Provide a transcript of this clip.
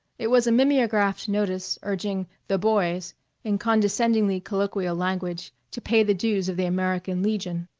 it was a mimeographed notice urging the boys in condescendingly colloquial language to pay the dues of the american legion.